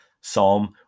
Psalm